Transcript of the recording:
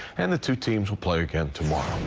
and the two teams will play again tomorrow.